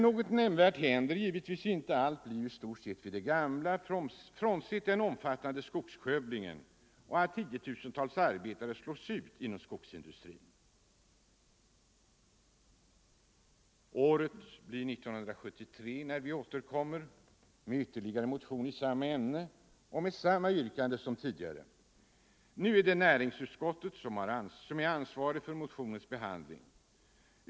Något nämnvärt händer givetvis inte — allt blir i stort sett vid det gamla, frånsett den omfattande skogsskövlingen och att tiotusentals arbetare slås ut inom skogsindustrin. År 1973 återkommer vi med ytterligare motion i samma ämne och med samma yrkande som tidigare. Nu är det näringsutskottet som är ansvarigt för motionens behandling.